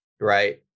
right